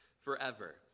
forever